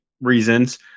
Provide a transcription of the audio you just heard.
reasons